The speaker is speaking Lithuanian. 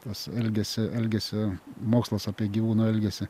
tas elgesio elgesio mokslas apie gyvūnų elgesį